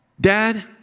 Dad